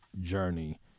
journey